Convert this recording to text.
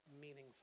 meaningful